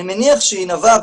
אני מניח שהיא נבעה,